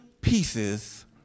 pieces